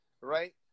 right